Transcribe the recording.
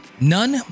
none